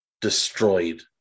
destroyed